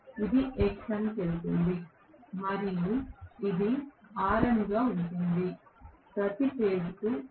ఇది Xm కి వెళుతుంది మరియు ఇది Rc గా ఉంటుంది ప్రతి ఫేజ్ కు సమానమైన సర్క్యూట్